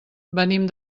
venim